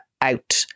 out